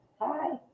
Hi